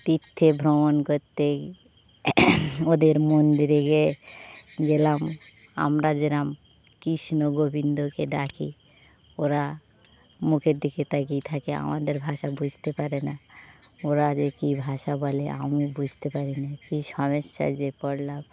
তীর্থে ভ্রমণ করতে ওদের মন্দিরে গেলাম আমরা যেরকম কৃষ্ণ গোবিন্দকে ডাকি ওরা মুখের দিকে তাকিয়ে থাকে আমাদের ভাষা বুঝতে পারে না ওরা যে কী ভাষা বলে আমি বুঝতে পারি না কী সমস্যায় যে পড়লাম